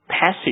passage